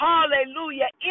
Hallelujah